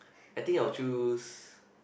I think I will choose